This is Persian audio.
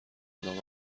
بودم